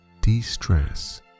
de-stress